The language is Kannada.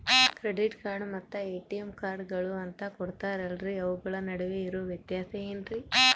ಕ್ರೆಡಿಟ್ ಕಾರ್ಡ್ ಮತ್ತ ಎ.ಟಿ.ಎಂ ಕಾರ್ಡುಗಳು ಅಂತಾ ಕೊಡುತ್ತಾರಲ್ರಿ ಅವುಗಳ ನಡುವೆ ಇರೋ ವ್ಯತ್ಯಾಸ ಏನ್ರಿ?